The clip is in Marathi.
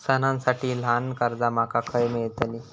सणांसाठी ल्हान कर्जा माका खय मेळतली?